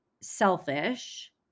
selfish